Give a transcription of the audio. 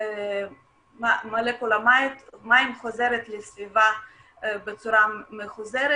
מולקולת מים חוזרת לסביבה בצורה ממוחזרת